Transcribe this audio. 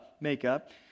makeup